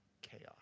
chaos